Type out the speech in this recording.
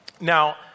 now